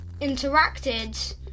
interacted